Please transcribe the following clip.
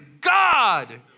God